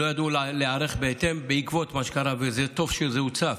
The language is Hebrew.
לא ידעו להיערך בעקבות מה שקרה, וטוב שזה הוצף.